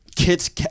Kids